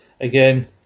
again